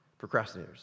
procrastinators